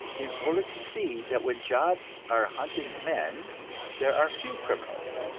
in order to see that when jobs are hunting men there are few criminals,